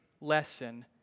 lesson